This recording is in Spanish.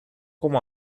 como